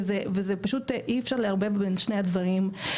ופשוט אי אפשר לערבב בין שני הדברים.